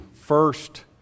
first